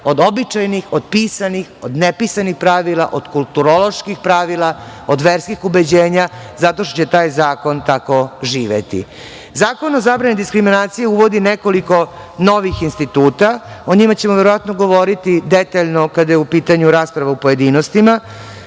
od običajnih, od pisanih, od nepisanih pravila, od kulturoloških pravila, od verskih ubeđenja zato što će taj zakon tako živeti. Zakon o zabrani diskriminacije uvodi nekoliko novih instituta. O njima ćemo verovatno govoriti detaljno kada je u pitanju rasprava u pojedinostima.